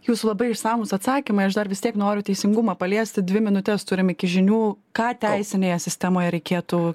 jūsų labai išsamūs atsakymai aš dar vis tiek noriu teisingumą paliesti dvi minutes turim iki žinių ką teisinėje sistemoje reikėtų